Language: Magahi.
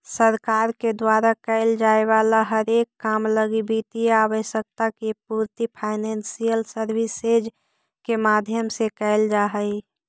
सरकार के द्वारा कैल जाए वाला हरेक काम लगी वित्तीय आवश्यकता के पूर्ति फाइनेंशियल सर्विसेज के माध्यम से कैल जा हई